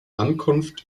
ankunft